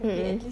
mm mm